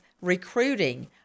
recruiting